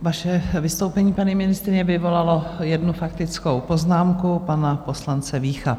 Vaše vystoupení, paní ministryně, vyvolalo jednu faktickou poznámku pana poslance Vícha.